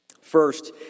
First